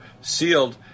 sealed